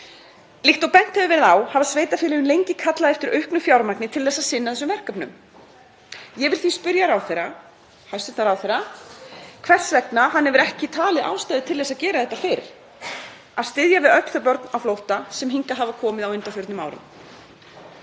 Líkt og bent hefur verið á hafa sveitarfélögin lengi kallað eftir auknu fjármagni til að sinna þessum verkefnum. Ég vil því spyrja hæstv. ráðherra hvers vegna hann hefur ekki talið ástæðu til þess að gera þetta fyrr, að styðja við öll þau börn á flótta sem hingað hafa komið á undanförnum árum.